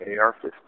AR-15